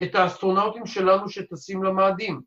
‫את האסטרונאוטים שלנו ‫שטסים למאדים.